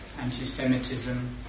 anti-semitism